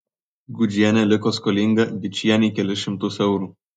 gudžienė liko skolinga vičienei kelis šimtus eurų